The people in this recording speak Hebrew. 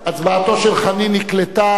הצבעתו של חנין נקלטה,